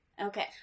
Okay